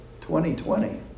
2020